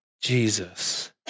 Jesus